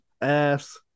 ass